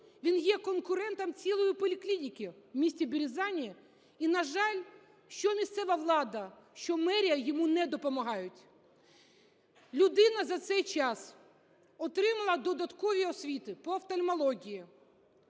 він є конкурентом цілої поліклініки в місті Березані. І на жаль, що місцева влада, що мерія йому не допомагають. Людина за цей час отримала додаткові освіти по офтальмології,